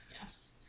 Yes